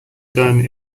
done